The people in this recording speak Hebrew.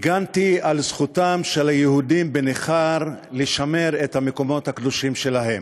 הגנתי על זכותם של היהודים בנכר לשמר את המקומות הקדושים שלהם,